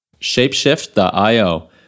shapeshift.io